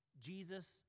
Jesus